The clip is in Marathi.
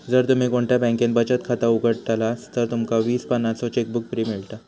जर तुम्ही कोणत्या बॅन्केत बचत खाता उघडतास तर तुमका वीस पानांचो चेकबुक फ्री मिळता